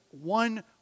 one